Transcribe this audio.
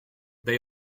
they